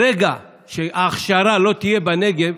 ברגע שההכשרה לא תהיה בנגב,